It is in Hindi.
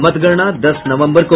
मतगणना दस नवम्बर को